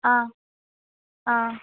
ஆ ஆ